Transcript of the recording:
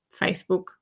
Facebook